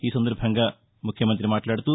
ఈసందర్బంగా ముఖ్యమంతి మాట్లాడుతూ